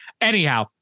anyhow